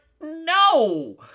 no